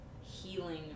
healing